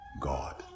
God